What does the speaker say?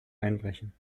einbrechen